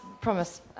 promise